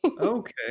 Okay